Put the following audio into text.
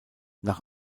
nach